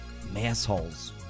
Massholes